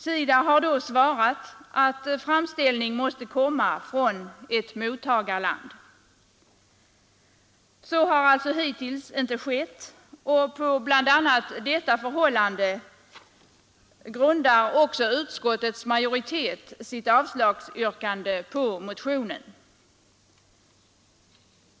SIDA har då svarat att framställning måste komma från ett mottagarland. Så har hittills icke skett, och på bl.a. detta förhållande grundar utskottets majoritet sitt avslagsyrkande på motionen.